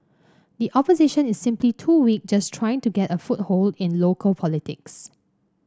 the Opposition is simply too weak just trying to get a foothold in local politics